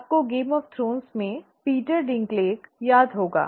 आपको game of thrones से Peter Dinklage याद होगा